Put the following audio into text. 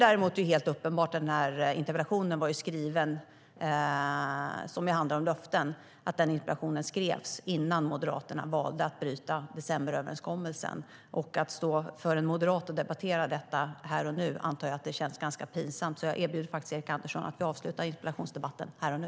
Däremot är det uppenbart att den här interpellationen, som ju handlar om löften, skrevs innan Moderaterna valde att bryta decemberöverenskommelsen. Jag antar att det känns ganska pinsamt för en moderat att stå och debattera detta, så jag erbjuder Erik Andersson möjligheten att vi avslutar interpellationsdebatten här och nu.